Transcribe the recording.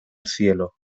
cielo